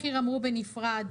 מחיר אמרו שיבוא בנפרד,